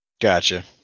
Gotcha